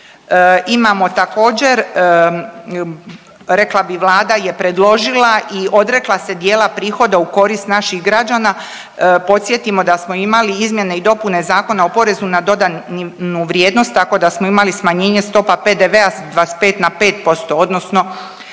imamo također, rekla bih Vlada je predložila i odrekla se dijela prihoda u korist naših građana, podsjetimo da smo imali izmjene i dopune Zakona o porezu na dodanu vrijednost, tako da smo imali smanjenje stopa PDV-a s 25 na 5% odnosno